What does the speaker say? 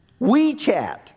WeChat